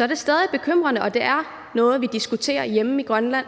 er det stadig bekymrende. Det er noget, vi diskuterer hjemme i Grønland,